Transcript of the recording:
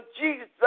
Jesus